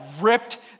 ripped